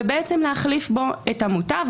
ולהחליף בו את המוטב,